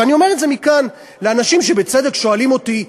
אני אומר את זה מכאן לאנשים ששואלים אותי,